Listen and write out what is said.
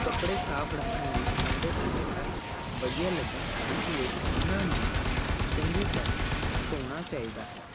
ਕੱਪੜੇ ਸਾਫ ਰੱਖਣ ਲਈ ਲੰਬੇ ਸਮੇਂ ਤੱਕ ਵਧੀਆ ਲੱਗਣ ਇਸ ਲਈ ਉਹਨਾਂ ਨੂੰ ਚੰਗੀ ਤਰ੍ਹਾਂ ਧੋਣਾ ਚਾਹੀਦਾ ਹੈ